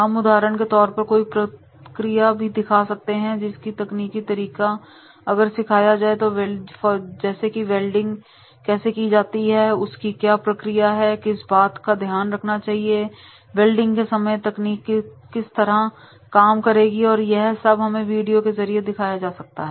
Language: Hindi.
हम उदाहरण के तौर पर कोई प्रक्रिया भी दिखा सकते हैं जैसे कि तकनीकी तरीका अगर सिखाया जाए की वेल्डिंग कैसे की जाती है उसकी क्या प्रक्रिया है और किस बात का ध्यान रखना चाहिए और वेल्डिंग के समय तकनीक किस तरह काम करेगी यह सब हमें वीडियो के जरिए दिखाया जा सकता है